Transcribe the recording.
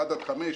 1 עד 5,